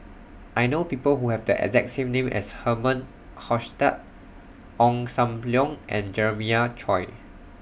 I know People Who Have The exact same name as Herman Hochstadt Ong SAM Leong and Jeremiah Choy